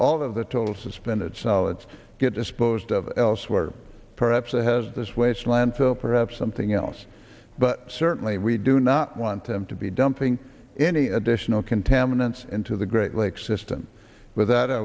all of the total suspended solids get disposed of elsewhere or perhaps it has this waste landfill perhaps something else but certainly we do not want him to be dumping any additional contaminants into the great lakes system with that i